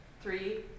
Three